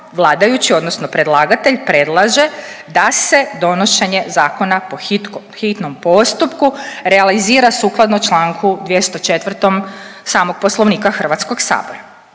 vladajući odnosno predlagatelj predlaže da se donošenje zakona po hitnom postupku realizira sukladno Članku 204. samog Poslovnika Hrvatskog sabora.